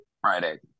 Friday